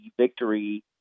victory